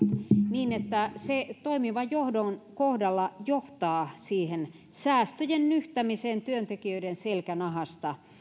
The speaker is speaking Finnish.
niin että se toimivan johdon kohdalla johtaa siihen säästöjen nyhtämiseen työntekijöiden selkänahasta